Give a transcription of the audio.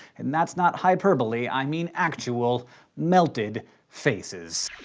and that's not hyperbole, i mean actual melted faces.